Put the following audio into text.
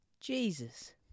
Jesus